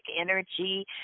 energy